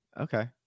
okay